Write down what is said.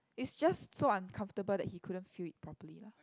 it's just so uncomfortable that he couldn't feel it properly lah